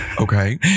Okay